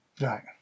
Right